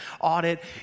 audit